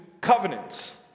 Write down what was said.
covenants